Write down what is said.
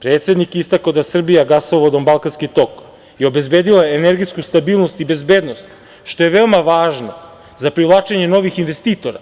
Predsednik je istakao da Srbija gasovodom Balkanski tok je obezbedila energetsku stabilnost i bezbednost, što je veoma važno za privlačenje novih investitora